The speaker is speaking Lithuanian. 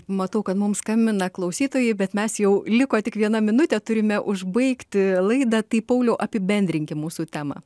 matau kad mums skambina klausytojai bet mes jau liko tik viena minutė turime užbaigti laidą tai pauliau apibendrinkim mūsų temą